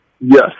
Yes